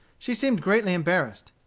she seemed greatly embarrassed.